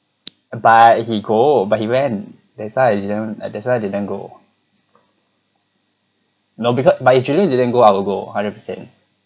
but he go but he went that's why I didn't ah that's why I didn't go no becau~ but if julian didn't go I will go hundred percent